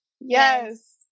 Yes